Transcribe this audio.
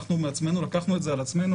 אנחנו בעצמנו לקחנו את זה על עצמנו.